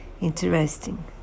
interesting